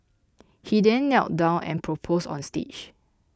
he then knelt down and proposed on stage